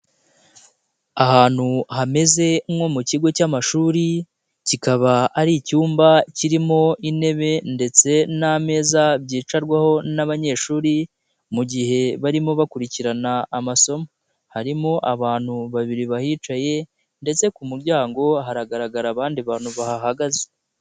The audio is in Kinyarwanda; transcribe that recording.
Ahantu hameze nko mu kigo cy'amashuri, kikaba ari icyumba kirimo intebe ndetse n'ameza byicarwaho n'abanyeshuri mu gihe barimo bakurikirana amasomo, harimo abantu babiri bahicaye ndetse ku muryango haragaragara abandi bantu bahagaze.